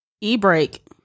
e-break